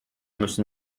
müssen